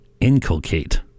inculcate